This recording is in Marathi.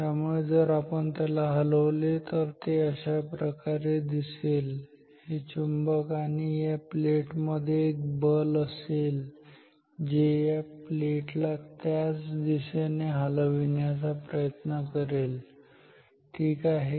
त्यामुळे जर आपण त्याला हलवले तर आपल्याला अशा प्रकारे दिसेल हे चुंबक आणि या प्लेट मधे एक बल असेल जे या प्लेट ला त्याच दिशेने हलवायचा प्रयत्न करेल ठीक आहे